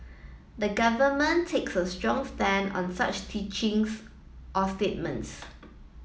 the government takes a strong stand on such teachings or statements